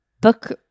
book